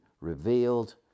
revealed